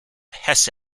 hesse